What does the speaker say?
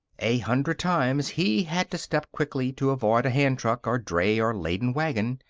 a hundred times he had to step quickly to avoid a hand truck, or dray, or laden wagon.